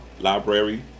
Library